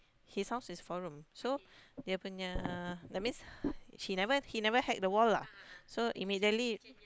his house is four room so dia punya that means she never he never hack the wall lah so immediately